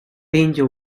penja